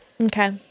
okay